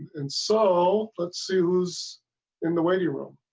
and so that suze in the waiting room.